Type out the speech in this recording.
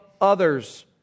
others